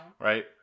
Right